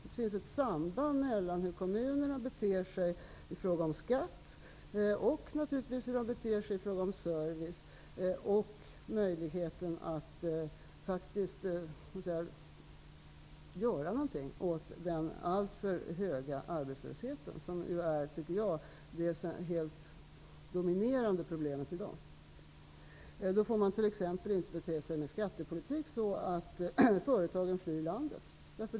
Det finns ett samband mellan hur kommunerna beter sig i fråga om skatt och service och möjligheten att faktiskt göra någonting åt den alltför höga arbetslösheten, som ju är det helt dominerande problemet i dag. Man får till exempel inte bedriva skattepolitik så att företagen flyr landet.